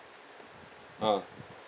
ah